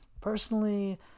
Personally